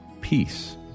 peace